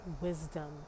wisdom